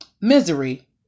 Misery